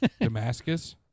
damascus